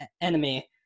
enemy